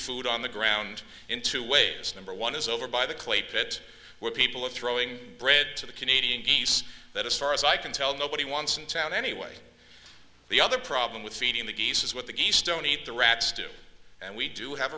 food on the ground in two ways number one is over by the clay pit where people are throwing bread to the canadian geese that as far as i can tell nobody wants in town anyway the other problem with feeding the geese is what the keystone eat the rats do and we do have